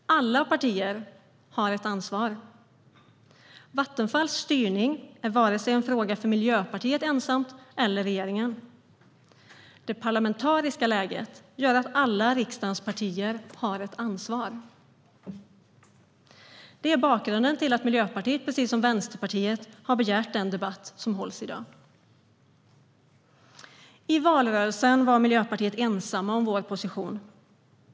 Alla partier har ett ansvar. Vattenfalls styrning är inte en fråga för Miljöpartiet ensamt eller bara för regeringen. Det parlamentariska läget gör att alla riksdagens partier har ett ansvar. Detta är bakgrunden till att Miljöpartiet precis som Vänsterpartiet har begärt den debatt som hålls i dag. I valrörelsen var vi i Miljöpartiet ensamma om vår position.